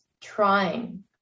trying